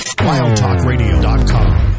Wildtalkradio.com